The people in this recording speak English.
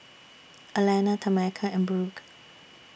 Alanna Tameka and Brooke